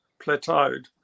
plateaued